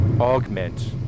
augment